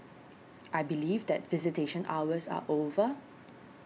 I believe that visitation hours are over